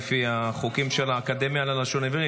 לפי החוקים של האקדמיה ללשון העברית,